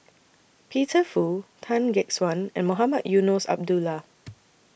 Peter Fu Tan Gek Suan and Mohamed Eunos Abdullah